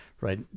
right